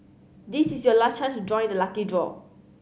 this is your last chance to join the lucky draw